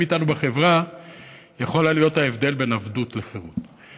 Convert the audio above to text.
איתנו בחברה יכולה להיות ההבדל בין עבדות לחירות.